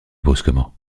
brusquement